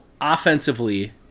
offensively